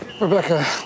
Rebecca